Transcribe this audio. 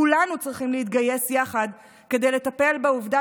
כולנו צריכים להתגייס יחד כדי לטפל בעובדה